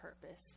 purpose